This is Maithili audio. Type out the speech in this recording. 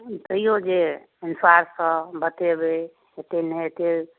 ई कहिऔ जे हिसाबसँ बतेबै तेनाहिते